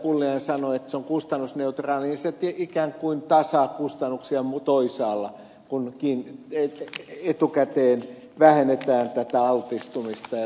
pulliainen sanoi että se on kustannusneutraali ikään kuin tasaa kustannuksia toisaalla kun etukäteen vähennetään tätä altistumista ja sairauden kehittymistä